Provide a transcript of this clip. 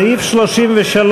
סעיף 33,